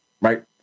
right